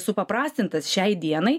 supaprastintas šiai dienai